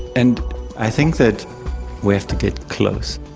and i think that we have to get close,